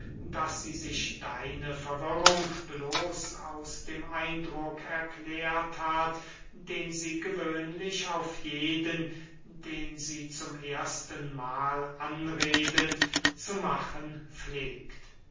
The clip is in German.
daß sie sich deine verwirrung bloß aus dem eindruck erklärt hat den sie gewöhnlich auf jeden den sie zum ersten mahl anredet zu machen pflegt